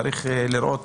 צריך לבוא בדברים.